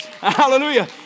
Hallelujah